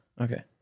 Okay